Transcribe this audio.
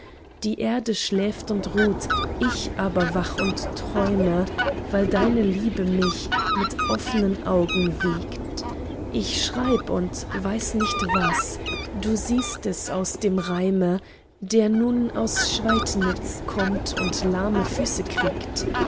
die erde schläft und ruht ich aber wach und träume weil deine liebe mich mit offnen augen wiegt ich schreib und weiß nicht was du siehst es aus dem reime der nun aus schweidnitz kommt und lahme füße kriegt